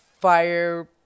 fire